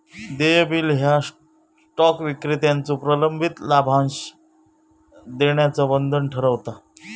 देय बिल ह्या स्टॉक विक्रेत्याचो प्रलंबित लाभांश देण्याचा बंधन ठरवता